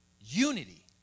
unity